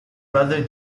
brother